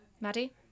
Maddie